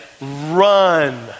run